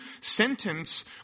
sentence